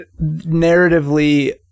narratively